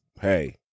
hey